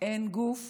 אין גוף